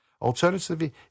Alternatively